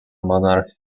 monarch